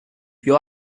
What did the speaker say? più